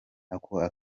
ako